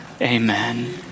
Amen